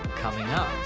coming up.